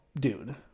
dude